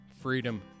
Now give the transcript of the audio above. freedom